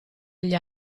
agli